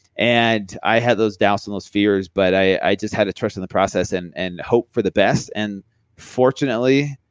and i had those doubts and those fears but i just had to trust in the process and and hope for the best. and fortunately,